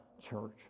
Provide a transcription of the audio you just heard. church